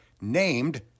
named